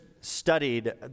studied